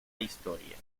historia